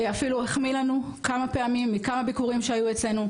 אפילו החמיא לנו כמה פעמים בכמה ביקורים שהיו אצלנו,